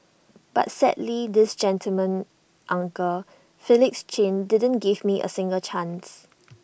but sadly this gentleman uncle Felix chin didn't give me A single chance